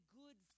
good